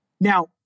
Now